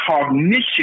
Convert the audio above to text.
cognition